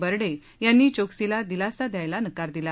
बडें यांनी चोक्सीला दिलासा द्यायला नकार दिला